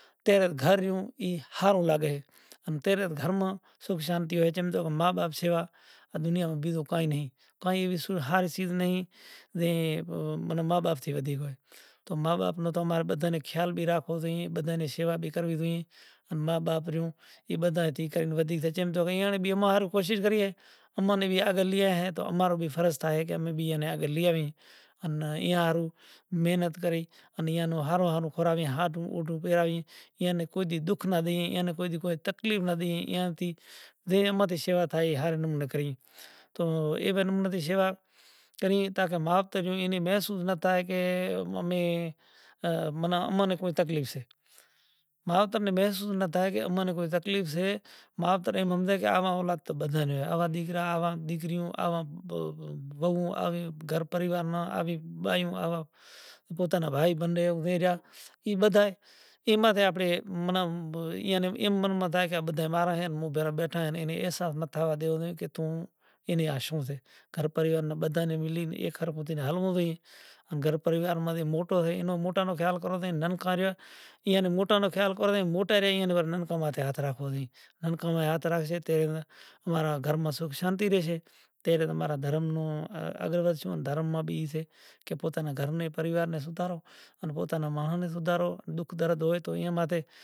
ستجگ ماں زے مانڑو مرتو تو اینا جنگل ماں فگائی آوتا جنگل ماں فگائی آوتا رہتا تو اماں را سنت تھا مہاپرش تھیا تو ایئاں ویچار کریا کہ اینو کوئی طور طریقو کرو تو ائیاں شوں کریو کہ سوچ ویچار کریو کہ آ کام ٹھیک نتھی غلط سے پسے مہاتما ایوو ویچار کاڈھیو سماج ماں ایوی وات لائی کہ بھائی آز تھی کری عام مانڑو نیں جنگل ماں نہ پھگائی ائو ہوے اینے پانڑی نے حوالے کرو، جل نے حوالے کریو زائے پسے ایئاں شوں کریو کہ زے پسے کوئی مانڑاو مری زاتو تو پسے جل نے حوالے کریو پسے ای ست یگ گزریو آیو تریتا یگ تو تریتا یگ ماں پانڑی ماں پھگاوا ناں ڈیا تو مانڑاں ویچار کریو کہ پانڑی ماں بھی جیت جناور سے انے مانڑاں نیں پانڑی میں پھگائی آلاں تو آپاں ماں انسانیت نو کوئی وجود ناں بنڑیو انسان تو مہاں سے تو پسے ای تریترا یگ ماں وری ای سنت لوگ